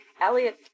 Elliot